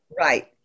Right